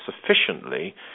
sufficiently